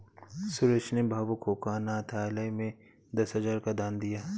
सुरेश ने भावुक होकर अनाथालय में दस हजार का दान दिया